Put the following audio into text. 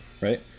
Right